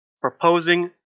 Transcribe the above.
proposing